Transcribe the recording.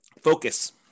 Focus